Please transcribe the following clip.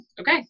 okay